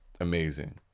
amazing